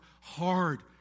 hard